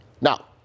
Now